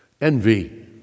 Envy